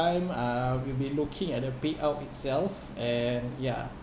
I'll be be looking at the payout itself and ya